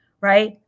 right